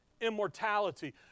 immortality